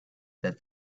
that